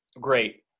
Great